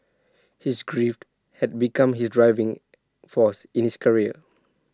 his grief had become his driving force in his career